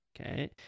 Okay